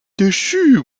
déchu